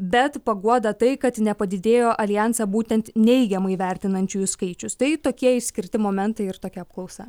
bet paguoda tai kad nepadidėjo aljanse būtent neigiamai vertinančiųjų skaičius tai tokie išskirti momentai ir tokia apklausa